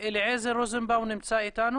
אליעזר רוזנבאום נמצא אתנו,